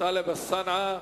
טלב אלסאנע,